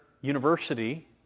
University